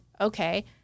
okay